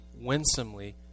winsomely